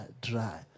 dry